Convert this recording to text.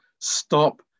stop